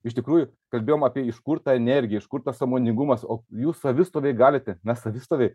iš tikrųjų kalbėjom apie iš kur ta energija iš kur tas sąmoningumas o jūs savistoviai galite mes savistoviai